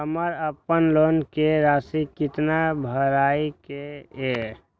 हमर अपन लोन के राशि कितना भराई के ये?